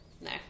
No